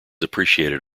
appreciated